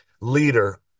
leader